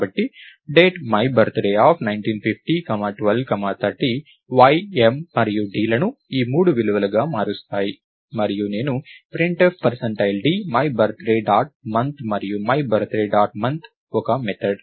కాబట్టి Date my birthday 1950 12 30 y m మరియు dలను ఈ మూడు విలువలుగా మారుస్తాయి మరియు నేను printf d my birthday dot month మరియు మై బర్తడే డాట్ మంత్ ఒక మెథడ్